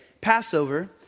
Passover